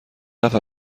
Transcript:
نفر